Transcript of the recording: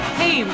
hey